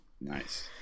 Nice